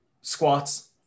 squats